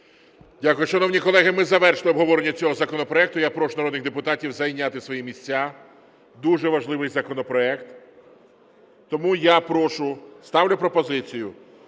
Дякую. Шановні колеги, ми завершили обговорення цього законопроекту. Я прошу народних депутатів зайняти свої місця. Дуже важливий законопроект. Тому я прошу, ставлю пропозицію